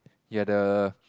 you're the